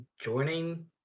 joining